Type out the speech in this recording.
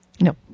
No